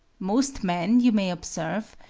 most men, you may observe,